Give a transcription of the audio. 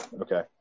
Okay